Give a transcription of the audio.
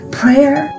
prayer